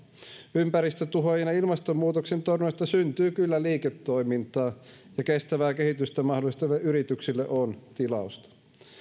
ympäristötuhojen ja ilmastonmuutoksen torjunnasta syntyy kyllä liiketoimintaa ja kestävää kehitystä mahdollistaville yrityksille on tilausta